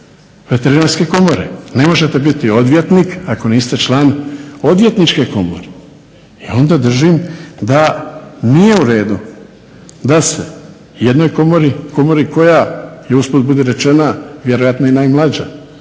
Veterinarske komore. Ne možete biti odvjetnik ako niste član Odvjetničke komore. I onda držim da nije uredu da se jednoj komori, komori koja je usput budi rečeno vjerojatno i najmlađa